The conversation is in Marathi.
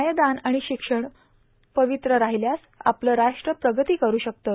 न्यायदान आणि शिक्षण पवित्र राहिल्यास आपलं राष्ट्र प्रगती करू शकतं